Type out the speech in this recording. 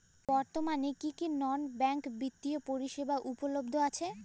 বর্তমানে কী কী নন ব্যাঙ্ক বিত্তীয় পরিষেবা উপলব্ধ আছে?